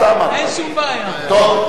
טוב,